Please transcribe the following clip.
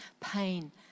pain